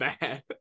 bad